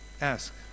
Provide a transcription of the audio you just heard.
Ask